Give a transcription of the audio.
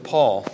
Paul